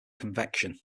convection